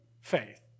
faith